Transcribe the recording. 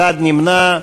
אחד נמנע.